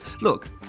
Look